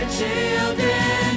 children